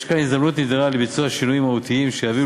יש כאן הזדמנות נדירה לביצוע שינויים מהותיים שיביאו